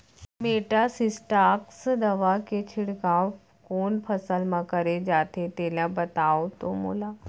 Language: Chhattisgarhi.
मेटासिस्टाक्स दवा के छिड़काव कोन फसल म करे जाथे तेला बताओ त मोला?